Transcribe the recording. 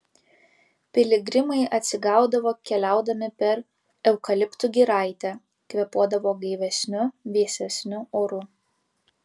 piligrimai atsigaudavo keliaudami per eukaliptų giraitę kvėpuodavo gaivesniu vėsesniu oru